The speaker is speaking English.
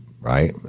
Right